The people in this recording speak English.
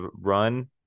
run